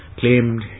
claimed